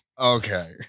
Okay